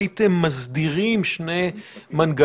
הממשלה נהגה בשלושת החודשים האלה לפי 2(א)(2).